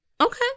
okay